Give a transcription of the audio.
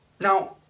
Now